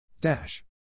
dash